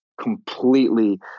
completely